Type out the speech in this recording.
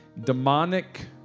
Demonic